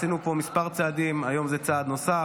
עשינו פה כמה צעדים, והיום זה צעד נוסף.